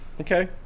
okay